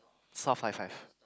soft five five